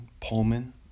Pullman